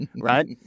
Right